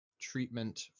treatment